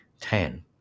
Ten